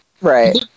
Right